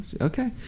Okay